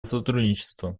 сотрудничество